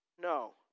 no